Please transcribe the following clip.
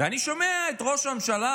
אני שומע את ראש הממשלה,